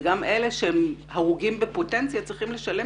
וגם אלה שהם הרוגים בפוטנציה צריכים לשלם